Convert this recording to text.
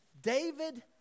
David